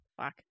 fuck